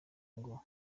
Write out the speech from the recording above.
ngo